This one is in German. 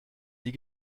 die